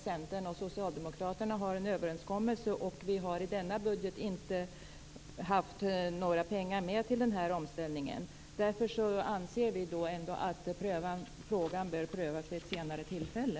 Centern och Socialdemokraterna har en överenskommelse, och vi har i denna budget inte haft några pengar med till den här omställningen. Därför anser vi ändå att frågan bör prövas vid ett senare tillfälle.